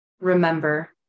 Remember